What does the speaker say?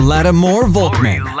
Lattimore-Volkman